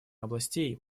областей